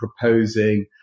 proposing